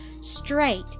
straight